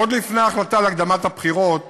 עוד לפני ההחלטה על הקדמת הבחירות